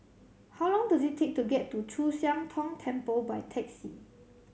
how long does it take to get to Chu Siang Tong Temple by taxi